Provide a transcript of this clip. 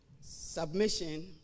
Submission